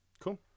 Cool